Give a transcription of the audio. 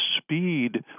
speed